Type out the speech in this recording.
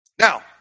Now